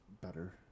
better